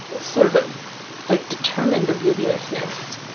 sort of like determined obliviousness.